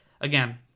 Again